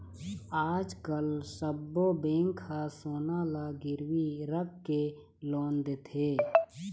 आजकाल सब्बो बेंक ह सोना ल गिरवी राखके लोन देथे